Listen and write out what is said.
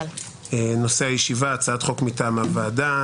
הצעת חוק מטעם הוועדה,